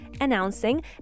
announcing